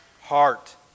Heart